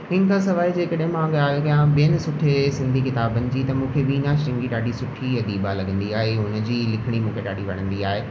हिन खां सवाइ जे कॾहिं मां ॻाल्हि कयां ॿियनि सुठे सिंधी किताबनि जी त मूंखे वीना शृंगी बि ॾाढी सुठी अदीबा लॻंदी आहे हुनजी लिखिणी मूंखे ॾाढी वणंदी आहे